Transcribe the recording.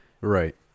right